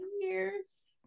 years